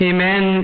Amen